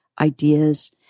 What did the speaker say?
ideas